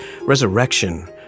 resurrection